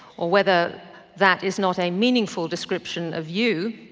or whether that is not a meaningful description of you,